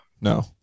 no